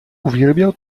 uwielbiał